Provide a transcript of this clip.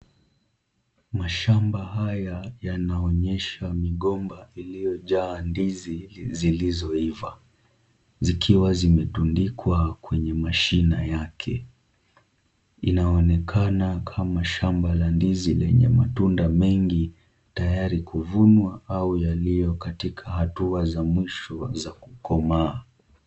mashamba haya yanaonyesha migomba iliojaa ndizi zilizoiva, zikiwa zimetundikwa kwenye mashina yake. Inaonekana kama shamba la ndizi lenye matunda mengi tayari kuvunwa ama yalio katika hatua za mwisho kukomaa.